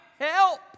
Help